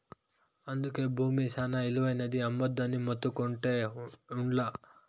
అందుకే బూమి శానా ఇలువైనది, అమ్మొద్దని మొత్తుకుంటా ఉండ్లా